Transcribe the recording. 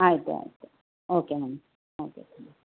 ಆಯಿತು ಆಯಿತು okay ma'am okay